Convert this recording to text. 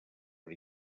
per